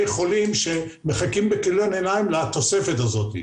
חולים שמחכים בכיליון עיניים לתוספת הזאת.